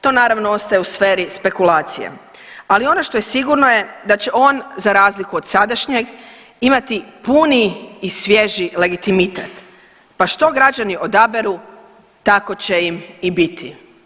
To naravno ostaje u sferi spekulacije, ali ono što je sigurno je da će on, za razliku od sadašnjeg imati puni i svježi legitimitet, pa što građani odaberu, tako će im i biti.